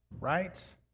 right